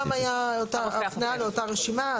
שם היה הפנייה לאותה רשימה.